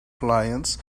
clients